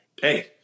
Hey